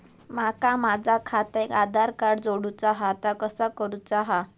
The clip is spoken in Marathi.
माका माझा खात्याक आधार कार्ड जोडूचा हा ता कसा करुचा हा?